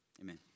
Amen